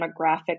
demographic